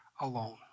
alone